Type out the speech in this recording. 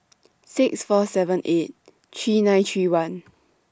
six four seven eight three nine three one